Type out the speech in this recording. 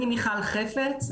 אני מיכל חפץ,